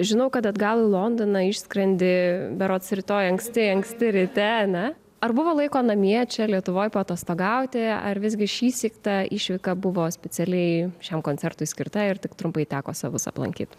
žinau kad atgal į londoną išskrendi berods rytoj anksti anksti ryte ane ar buvo laiko namie čia lietuvoj paatostogauti ar visgi šįsyk ta išvyka buvo specialiai šiam koncertui skirta ir tik trumpai teko savus aplankyt